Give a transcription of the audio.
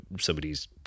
somebody's